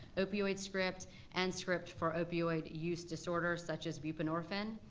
opioid script and script for opioid use disorder, such as buprenorphine.